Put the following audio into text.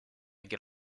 get